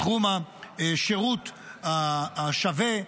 בתחום השירות השווה,